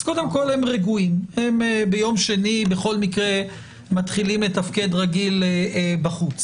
אז קודם כל הם רגועים הם ביום שני בכל מקרה מתחילים לתפקד רגיל בחוץ,